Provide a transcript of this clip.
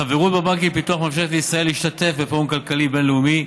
החברות בבנקים לפיתוח מאפשרת לישראל להשתתף בפורום כלכלי בין-לאומי,